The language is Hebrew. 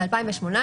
ב-2018,